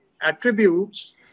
attributes